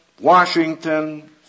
Washington